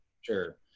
Sure